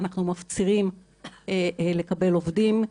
אנחנו מפצירים לקבל עובדים,